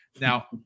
Now